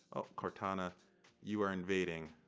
cortana you are invading.